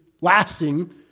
lasting